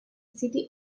city